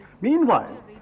Meanwhile